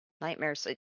nightmares